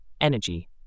energy